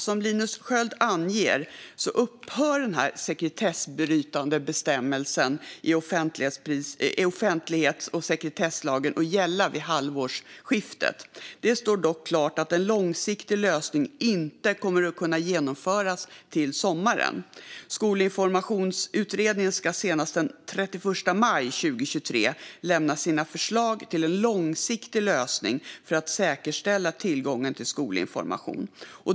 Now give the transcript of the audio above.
Som Linus Sköld anger upphör den sekretessbrytande bestämmelsen i offentlighets och sekretesslagen att gälla vid halvårsskiftet. Det står dock klart att en långsiktig lösning inte kommer att kunna genomföras till sommaren. Skolinformationsutredningen ska senast den 31 maj 2023 lämna sina förslag till en långsiktig lösning för att säkerställa tillgången till skolinformation.